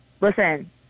listen